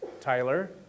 Tyler